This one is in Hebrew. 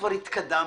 כבר התקדמנו,